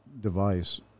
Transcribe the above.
device